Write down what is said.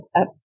up